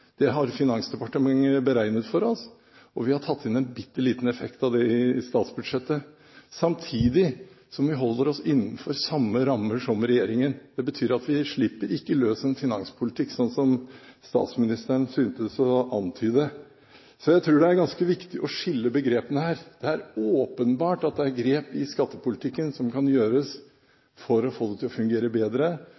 Det har Finansdepartementet beregnet for oss, og vi har tatt inn en bitte liten effekt av det i statsbudsjettet, samtidig som vi holder oss innenfor samme rammer som regjeringen. Det betyr at vi slipper ikke løs en finanspolitikk, slik som statsministeren syntes å antyde. Så jeg tror det er ganske viktig å skille begrepene her. Det er åpenbart at det er grep i skattepolitikken som kan gjøres